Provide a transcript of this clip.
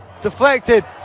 Deflected